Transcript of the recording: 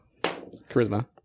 charisma